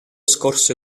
scorse